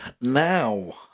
Now